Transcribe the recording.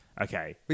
Okay